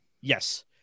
yes